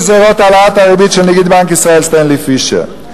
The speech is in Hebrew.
גזירות העלאות הריבית של נגיד בנק ישראל סטנלי פישר.